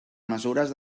mesures